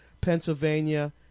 Pennsylvania